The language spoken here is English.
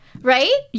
Right